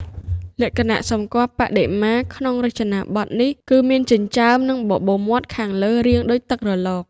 លក្ខណៈសម្គាល់បដិមាក្នុងរចនាបថនេះ គឺមានចិញ្ចើម និងបបូរមាត់ខាងលើរាងដូចទឹករលក។